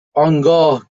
آنگاه